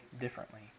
differently